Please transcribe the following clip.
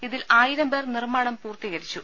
ഇതിൽ ആയിരം പേർ നിർമാണം പൂർത്തീകരിച്ചു